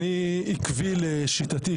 אני עקבי לשיטתי,